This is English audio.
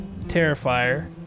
Terrifier